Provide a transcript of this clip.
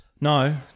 No